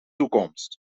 toekomst